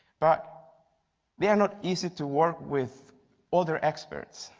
but they are not easy to work with other experts.